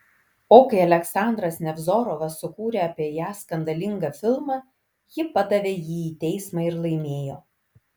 o kai aleksandras nevzorovas sukūrė apie ją skandalingą filmą ji padavė jį į teismą ir laimėjo